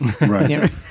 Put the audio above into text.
Right